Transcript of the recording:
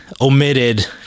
omitted